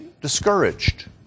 discouraged